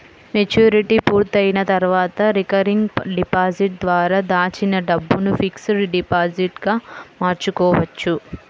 maturity పూర్తయిన తర్వాత recurring deposit ద్వారా దాచిన డబ్బును ఫిక్స్డ్ డిపాజిట్ గా మార్చుకోవచ్చు